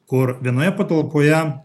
kur vienoje patalpoje